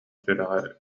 сүрэҕэ